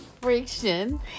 friction